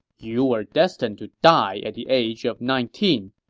you were destined to die at the age of nineteen.